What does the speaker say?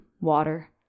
water